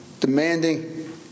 Demanding